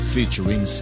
Featuring